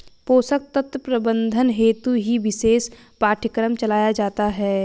पोषक तत्व प्रबंधन हेतु ही विशेष पाठ्यक्रम चलाया जाता है